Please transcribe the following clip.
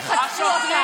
השוטרים.